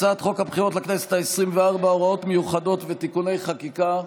הצעת חוק הבחירות לכנסת העשרים-וארבע (הוראות מיוחדות ותיקוני חקיקה).